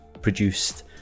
produced